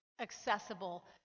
accessible